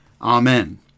Amen